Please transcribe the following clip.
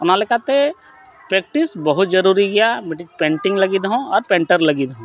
ᱚᱱᱟ ᱞᱮᱠᱟᱛᱮ ᱯᱨᱮᱠᱴᱤᱥ ᱵᱚᱦᱩᱛᱚ ᱡᱟᱹᱨᱩᱨᱤ ᱜᱮᱭᱟ ᱢᱤᱫᱴᱤᱡ ᱯᱮᱱᱴᱤᱝ ᱞᱟᱹᱜᱤᱫ ᱛᱮᱦᱚᱸ ᱟᱨ ᱯᱮᱱᱴᱟᱨ ᱞᱟᱹᱜᱤᱫ ᱦᱚᱸ